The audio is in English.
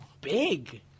big